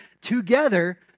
together